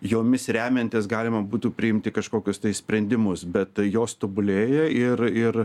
jomis remiantis galima būtų priimti kažkokius sprendimus bet jos tobulėja ir ir